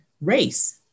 race